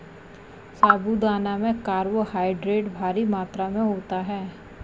साबूदाना में कार्बोहायड्रेट भारी मात्रा में होता है